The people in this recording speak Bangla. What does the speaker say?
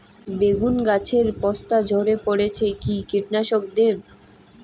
বেগুন গাছের পস্তা ঝরে পড়ছে কি কীটনাশক দেব?